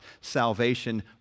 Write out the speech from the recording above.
salvation